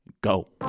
go